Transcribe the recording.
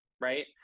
right